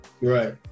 Right